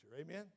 Amen